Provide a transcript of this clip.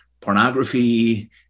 pornography